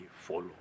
follow